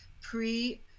pre